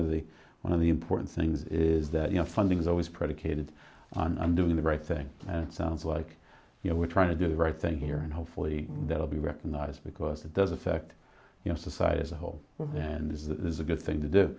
of the one of the important things is that you know funding is always predicated on i'm doing the right thing and it sounds like you know we're trying to do the right thing here and hopefully they'll be recognized because it does affect you know society as a whole and is that is a good thing to do